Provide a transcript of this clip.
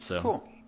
Cool